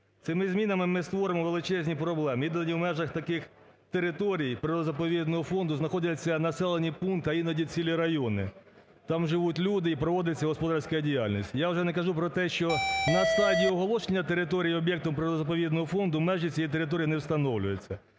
Цими змінами ми створимо величезні проблеми і в межах таких територій природно-заповідного фонду знаходяться населені пункти, а іноді цілі райони, там живуть люди і проводиться господарська діяльність, я вже не кажу про те, що на стадії оголошення територій об'єктом природно-заповідного фонду межі цієї території не встановлюються.